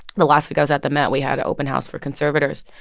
the last week i was at the met, we had an open house for conservators.